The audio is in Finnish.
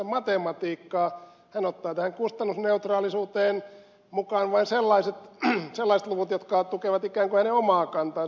hän ottaa tähän kustannusneutraalisuuteen mukaan vain sellaiset luvut jotka tukevat ikään kuin hänen omaa kantaansa